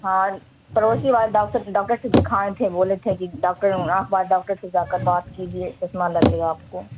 ہاں پڑوسی والے ڈاکٹر ڈاکٹر سے دکھائے تھے بولے تھے کہ ڈاکٹر آنکھ بار ڈاکٹر سے جا کر بات کیجیے چشمہ لگے گا آپ کو